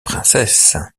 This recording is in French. princesses